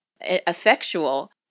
effectual